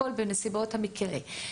הכול בנסיבות המקרה.